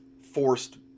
forced